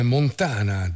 Montana